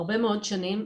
הרבה מאוד שנים.